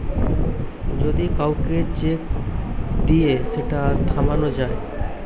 যদি কাউকে চেক দিয়ে সেটা থামানো যায়